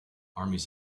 armies